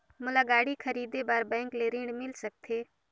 मोला गाड़ी खरीदे बार बैंक ले ऋण मिल सकथे?